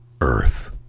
earth